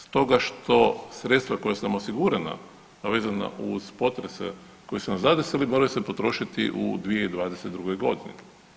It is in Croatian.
Stoga što sredstva koja su nam osigurana a vezana uz potrese koji su nas zadesili moraju se potrošiti u 2022. godini.